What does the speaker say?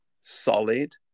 solid